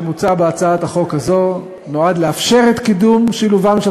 שמוצע בהצעת החוק הזאת נועד לאפשר את קידום שילובם של